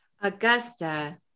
Augusta